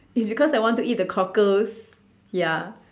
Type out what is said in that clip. it's because I want eat the cockles ya